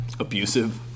Abusive